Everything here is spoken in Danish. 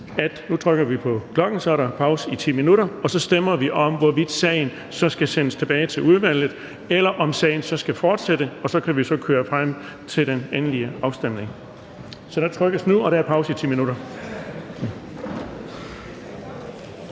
nu trykker vi på knappen, og så er der pause i 10 minutter, og så stemmer vi om, hvorvidt sagen skal sendes tilbage til udvalget eller sagen skal fortsætte. Og så kan vi komme frem til den endelige afstemning. Der er pause i 10 minutter.